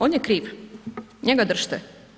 On je kriv, njega držite.